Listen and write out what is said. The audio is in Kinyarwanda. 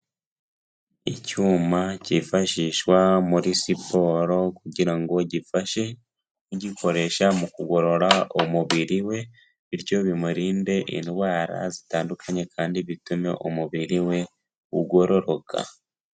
Icyuma cyifashishwa muri siporo kugira ngo gifashe ugikoresha mu kugorora umubiri we bityo bimurinde indwara zitandukanye kandi bitume umubiri we ugororoka.